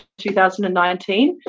2019